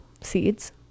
seeds